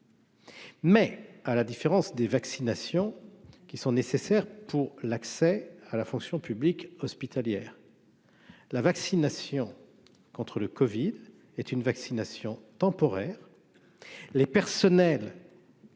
Mais à la différence des vaccinations qui sont nécessaires pour l'accès à la fonction publique hospitalière, la vaccination contre le Covid est une vaccination temporaire, les personnels